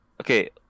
okay